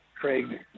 Craig